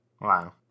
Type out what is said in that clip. Wow